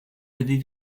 avez